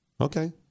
Okay